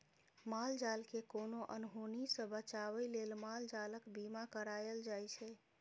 माल जालकेँ कोनो अनहोनी सँ बचाबै लेल माल जालक बीमा कराएल जाइ छै